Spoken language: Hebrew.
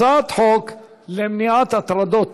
הצעת חוק למניעת הטרדות